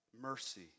mercy